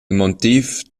motiv